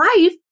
life